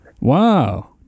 wow